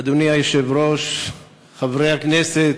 אדוני היושב-ראש, חברי הכנסת,